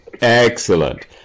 excellent